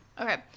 okay